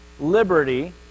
liberty